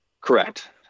Correct